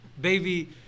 Baby